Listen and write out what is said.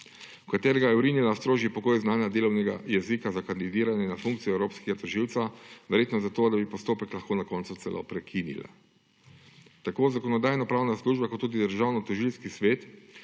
katerega je vrinila strožji pogoj znanja delovnega jezika za kandidiranje na funkcijo evropskega tožilca, verjetno zato, da bi postopek lahko na koncu celo prekinila. Tako Zakonodajno-pravna služba kot tudi Državnotožilski svet